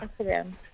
Instagram